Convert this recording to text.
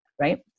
Right